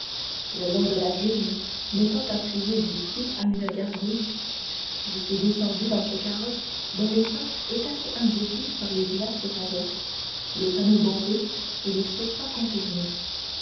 le long de la vigne m'étant appuyé du pied à une gargouille je suis descendu dans ce carrosse dont l'époque est assez indiquée par les glaces convexes les panneaux bombés et les sophas contournés